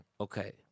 Okay